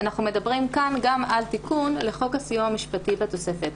אנחנו מדברים כאן גם על תיקון לחוק הסיוע המשפטי בתוספת.